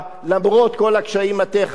למרות כל הקשיים הטכניים,